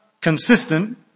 consistent